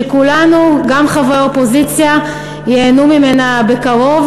שכולנו, גם חברי אופוזיציה, ייהנו ממנה בקרוב.